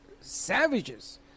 savages